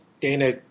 Dana